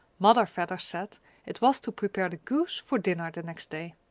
mother vedder said it was to prepare the goose for dinner the next day.